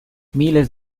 miles